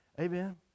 Amen